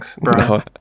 No